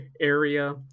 area